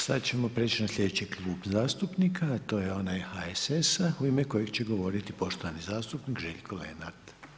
Sada ćemo preći na sljedeći Klub zastupnika, a to je onaj HSS-a u ime kojeg će govoriti poštovani zastupnik Željko Lenart.